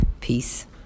Peace